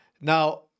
Now